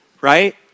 Right